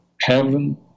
heaven